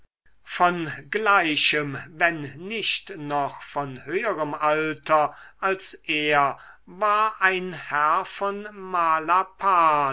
von gleichem wenn nicht noch von höherem alter als er war ein herr von malapart